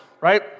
right